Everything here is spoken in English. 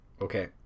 Okay